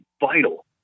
vital